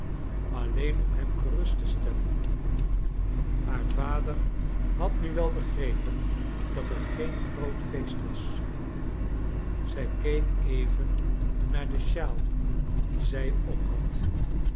alleen om hem gerust te stellen haar vader had nu wel begrepen dat het geen groot feest was zij keek even naar de sjaal die zij om had